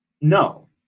No